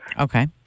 okay